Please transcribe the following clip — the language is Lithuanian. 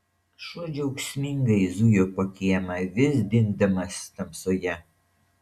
šuo džiaugsmingai zujo po kiemą vis dingdamas tamsoje